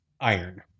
Iron